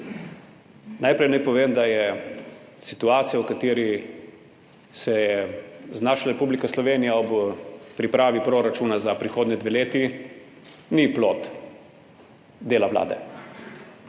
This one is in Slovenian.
Najprej naj povem, da situacija, v kateri se je znašla Republika Slovenija ob pripravi proračuna za prihodnji dve leti, ni plod dela Vlade.